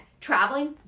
traveling